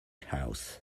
house